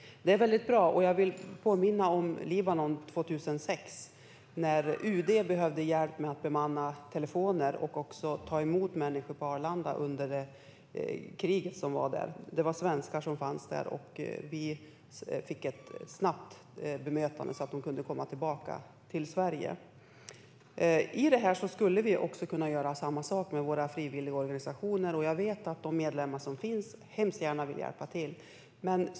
Det är väldigt bra, och jag vill påminna om kriget i Libanon 2006. Då behövde UD hjälp med att bemanna telefoner och även med att ta emot människor på Arlanda. Det var svenskar som fanns där, och vi fick till ett snabbt bemötande så att de kunde komma tillbaka till Sverige. Vi skulle kunna göra samma sak i detta med våra frivilligorganisationer, och jag vet att de medlemmar som finns hemskt gärna vill hjälpa till.